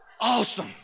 Awesome